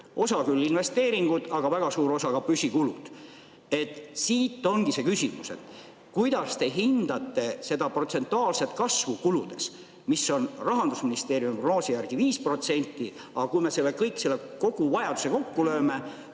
Osa on küll investeeringud, aga väga suur osa on ka püsikulud. Siit ongi minu küsimus. Kuidas te hindate seda protsentuaalset kasvu kuludes, mis on Rahandusministeeriumi prognoosi järgi 5%? Aga kui me selle koguvajaduse kokku lööme,